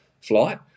flight